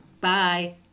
Bye